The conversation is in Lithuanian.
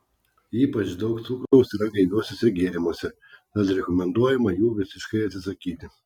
ypač daug cukraus yra gaiviuosiuose gėrimuose tad rekomenduojama jų visiškai atsisakyti